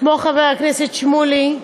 כמו חבר הכנסת שמולי,